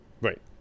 Right